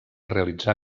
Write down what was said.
realitzar